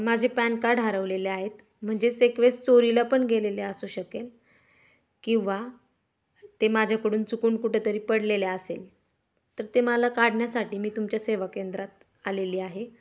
माझे PAN card हरवलेले आहेत म्हणजेच एक वेळेस चोरीला पण गेलेले असू शकेल किंवा ते माझ्याकडून चुकून कुठंतरी पडलेल्या असेल तर ते मला काढण्यासाठी मी तुमच्या सेवा केंद्रात आलेली आहे